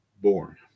born